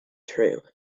true